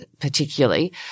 particularly